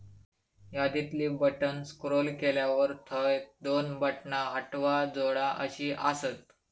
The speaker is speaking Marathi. यादीतली बटण स्क्रोल केल्यावर थंय दोन बटणा हटवा, जोडा अशी आसत